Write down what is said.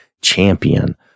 champion